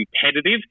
competitive